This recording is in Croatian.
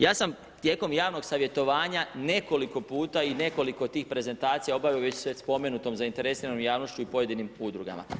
Ja sam tijekom javnog savjetovanja nekoliko puta i nekoliko tih prezentacija obavio sa već spomenutom zainteresiranom javnošću i pojedinim udrugama.